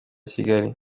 kigali